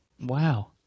wow